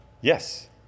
Yes